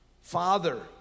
Father